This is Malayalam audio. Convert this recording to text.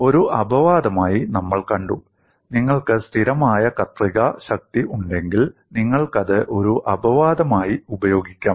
ഒരു അപവാദമായി നമ്മൾ കണ്ടു നിങ്ങൾക്ക് സ്ഥിരമായ കത്രിക ഷിയർ ശക്തി ഉണ്ടെങ്കിൽ നിങ്ങൾക്കത് ഒരു അപവാദമായി ഉപയോഗിക്കാം